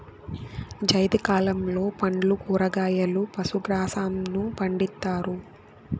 జైద్ కాలంలో పండ్లు, కూరగాయలు, పశు గ్రాసంను పండిత్తారు